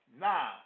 now